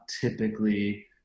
typically